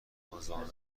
مزاحم